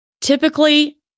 Typically